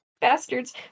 bastards